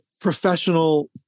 professional